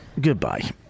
Goodbye